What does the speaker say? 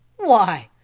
why,